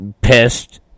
pissed